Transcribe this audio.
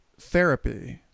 therapy